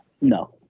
No